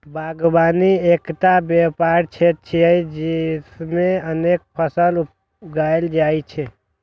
बागवानी एकटा व्यापक क्षेत्र छियै, जेइमे अनेक फसल उगायल जाइ छै